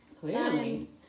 Clearly